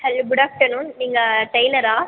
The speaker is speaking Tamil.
ஹலோ குட் ஆஃப்டர்நூன் நீங்கள் டெய்லரா